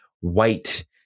white